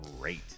great